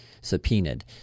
subpoenaed